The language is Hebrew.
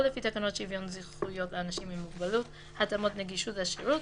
או לפי תקנות שוויון זכויות לאנשים עם מוגבלות (התאמות נגישות לשירות),